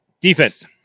Defense